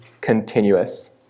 continuous